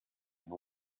and